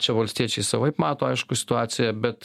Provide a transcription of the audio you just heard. čia valstiečiai savaip mato aišku situaciją bet